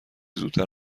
زودتر